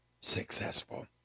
successful